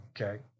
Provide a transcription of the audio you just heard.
Okay